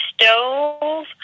stove